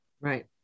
Right